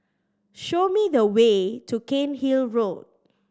show me the way to Cairnhill Road